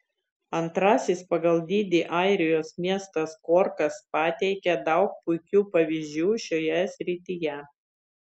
antrasis pagal dydį airijos miestas korkas pateikia daug puikių pavyzdžių šioje srityje